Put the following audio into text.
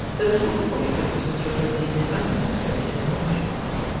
there was one point which mr swiveller deemed it unnecessary to enlarge upon,